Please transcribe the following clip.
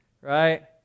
right